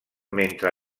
mentre